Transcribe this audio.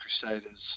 Crusaders